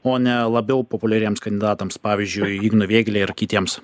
o ne labiau populiariems kandidatams pavyzdžiui ignui vėgėlei ir kitiems